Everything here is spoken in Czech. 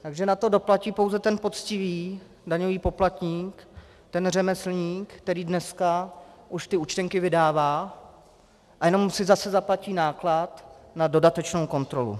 Takže na to doplatí pouze ten poctivý daňový poplatník, ten řemeslník, který dneska už ty účtenky vydává, a jenom si zase zaplatí náklad na dodatečnou kontrolu.